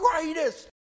greatest